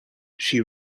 she